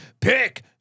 Pick